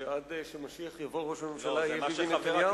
שעד שהמשיח יבוא ראש הממשלה יהיה בנימין נתניהו.